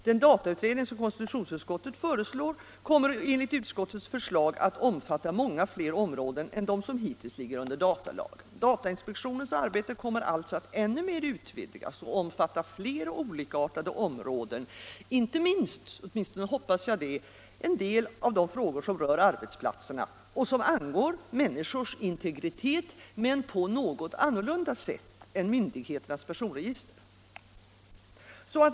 Den datautredning som konstitutionsutskottet föreslår kommer enligt utskottets förslag att omfatta många fler områden än dem som hittills ligger under datalagen. Datainspektionens arbete kommer alltså att ännu mera utvidgas och omfatta fler och olikartade områden, inte minst — åtminstone hoppas jag det — en hel del frågor som rör arbetsplatserna och som angår människors integritet, men på något annorlunda sätt än myndigheternas personre gister.